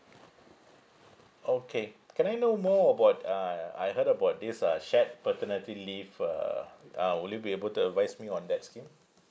okay can I know more about uh I heard about this uh shared paternity leave uh uh will you be able to advise me on that scheme